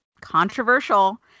controversial